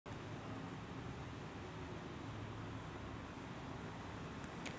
सरकार स्वतः, सरकारी संस्थांमार्फत, प्रकल्पांसाठी निधीचे वाटप करू शकते